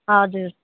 हजुर